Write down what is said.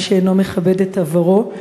שעם שאינו מכבד את עברו,